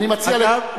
אגב,